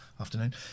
afternoon